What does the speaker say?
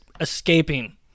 escaping